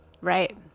Right